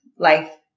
life